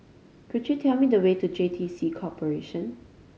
could you tell me the way to J T C Corporation